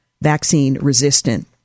vaccine-resistant